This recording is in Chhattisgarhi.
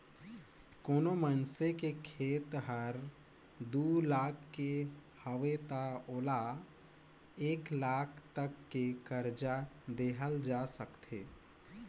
कोनो मइनसे के खेत खार हर दू लाख के हवे त ओला एक लाख तक के करजा देहल जा सकथे